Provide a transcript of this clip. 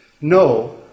no